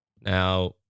Now